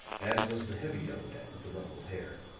as was the heavy young man with the rumpled hair.